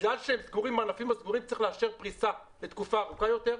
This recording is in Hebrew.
בגלל שלענפים הסגורים צריך לאפשר פרישה לתקופה ארוכה יותר,